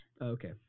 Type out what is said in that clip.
Okay